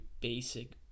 basic